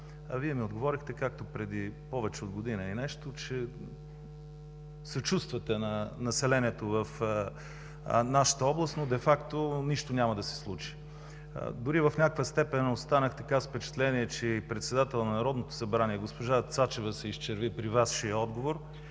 А Вие ми отговорихте, както преди повече от година и нещо, че съчувствате на населението в нашата област, но де факто нищо няма да се случи. Дори в някаква степен останах с впечатление, че и председателят на Народното събрание госпожа Цачева се изчерви при Вашия отговор,